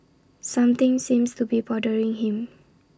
something seems to be bothering him